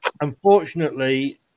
Unfortunately